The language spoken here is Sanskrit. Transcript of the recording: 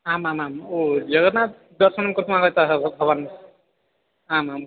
आम् आम् आम् ओ जगन्नात् दर्शनं कर्तुम् आगताः वा भवान् आमाम्